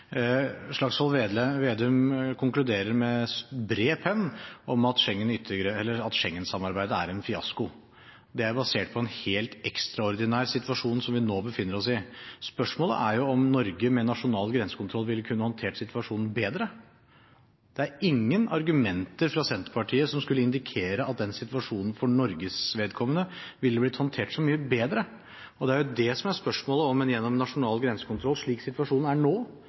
Slagsvold Vedum konkluderer med bred penn med at Schengen-samarbeidet er en fiasko. Det er basert på en helt ekstraordinær situasjon som vi nå befinner oss i. Spørsmålet er om Norge med nasjonal grensekontroll ville kunne håndtert situasjonen bedre. Det er ingen argumenter fra Senterpartiet som skulle indikere at den situasjonen for Norges vedkommende ville blitt håndtert så mye bedre. Og det er det som er spørsmålet, om en gjennom nasjonal grensekontroll, slik situasjonen er nå,